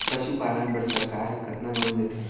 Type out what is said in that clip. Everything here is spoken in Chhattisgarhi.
पशुपालन बर सरकार ह कतना लोन देथे?